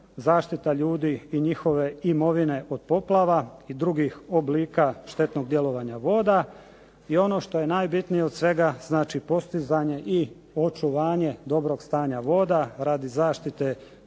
zaštita ljudi i njihove imovine od poplava i drugih oblika štetnog djelovanja voda. I ono što je najbitnije od svega, znači postizanje i očuvanje dobrog stanja voda, radi zaštite